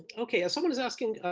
ok. someone is asking,